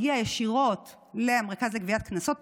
זה מגיע ישירות למרכז לגביית קנסות,